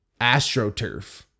astroturf